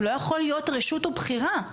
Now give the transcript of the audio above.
הוא לא יכול להיות רשות או בחירה.